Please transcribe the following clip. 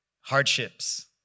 hardships